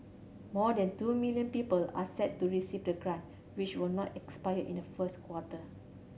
more than two million people are set to receive the grant which will not expire in the first quarter